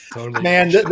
man